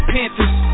Panthers